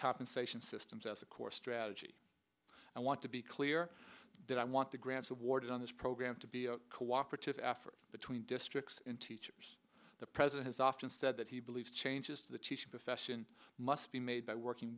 compensation systems as a core strategy i want to be clear that i want the grabs awarded on this program to be a cooperative effort between districts in teachers the president has often said that he believes changes to the teaching profession must be made by working